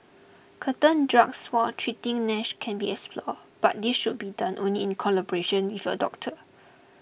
certain drugs for treating Nash can be explored but this should be done only in collaboration with your doctor